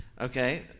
Okay